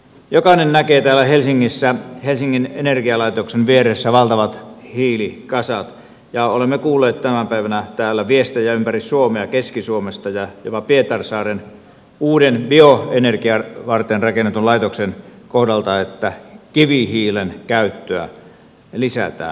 jokainen näkee täällä helsingissä helsingin energialaitoksen vieressä valtavat hiilikasat ja olemme kuulleet tänä päivänä täällä viestejä ympäri suomea keski suomesta ja jopa pietarsaaren uuden bioenergiaa varten rakennetun laitoksen kohdalta että kivihiilen käyttöä lisätään